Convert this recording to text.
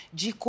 de